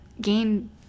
gain